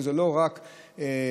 זה לא רק שילוט,